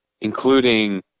including